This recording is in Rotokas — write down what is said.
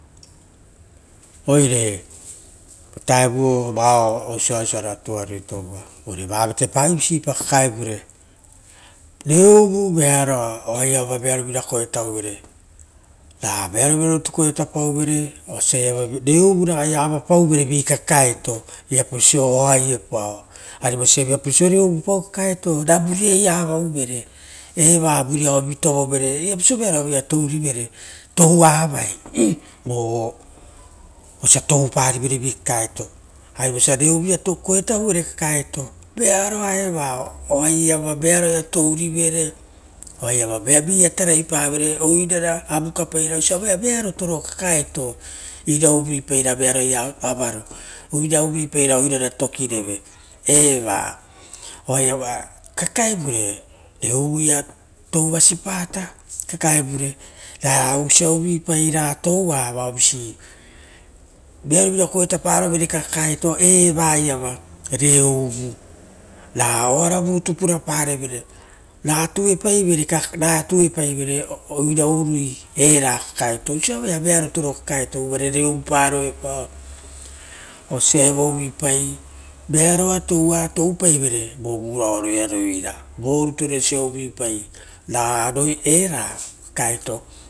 Oire votauvu osia voari tuariri toupao vatepa visipa kakaevure reouvu vearo a oaiava vearo viva koetauvere, rave avovina nitu koetapauvere osa ia reouvu ragaia avapauvere i kakaeto, veapaso oaiepao arvosa viapau reo uvapau ra vuriavaia avauvere, eva oa vitovovere viapaso vearoavaia, touava voi osa touparivere vi kukae, ari vosa reouvu ia koetauvere kakaeto vearoaeva oaia vearovim touri vere, viaia tarai pavo re avuka pairana, ra oiso parave areo vearoto era kakaeto, ira uvui paira vearoaia avaro, oirara tokireve eva oaiava kakaevure reouvuia tovivasi pata, ra uvipa vao touaia visi vearovira koetaparovere kakaeto evaiava reouvu. Ra oaravurutu puraparevere ra rera tuepai vere kakaevure, ra tuepaivere oira urui era kakaeto ra osio purove aveao veava to ro kakaeto vouvare reouvuparoepao uva uvupai vearoa toua toupaivere vo roira varoia totoa voruture osa rarora era kakaeto.